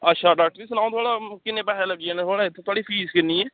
अच्छा डाॅक्टर जी तुस सनाओ भला किन्ने पेसे लग्गी जाने थुआढ़े इत्थै थुआडी फीस किन्नी ऐ